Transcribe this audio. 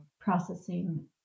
processing